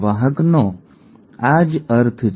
વાહકનો આ જ અર્થ છે